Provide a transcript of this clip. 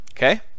Okay